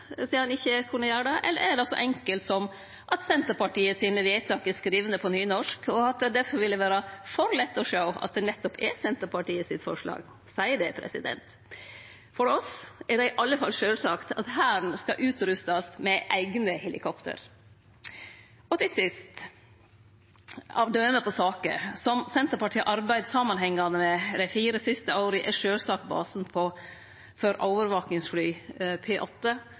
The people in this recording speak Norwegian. ikkje kunne gjere det? Eller er det noko så enkelt som at Senterpartiet sine vedtak er skrivne på nynorsk, og at det difor vil vere for lett å sjå at det nettopp er Senterpartiet sitt forslag? Sei det! For oss er det i alle fall sjølvsagt at Hæren skal utrustast med eigne helikopter. Eit siste døme på saker som Senterpartiet har arbeidd samanhengande med dei siste fire åra, er sjølvsagt basen for overvakingsflyet P-8 på